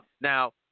Now